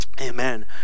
Amen